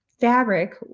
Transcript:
fabric